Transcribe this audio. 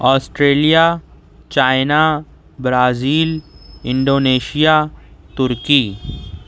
Australia China Brazil Indonesia Turkey